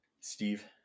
Steve